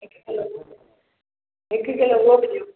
हिक किलो हुओ हिक किलो हुओ बि ॾियो